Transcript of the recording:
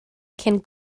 cyn